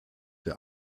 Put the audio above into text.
der